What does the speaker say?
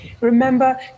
remember